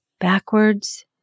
backwards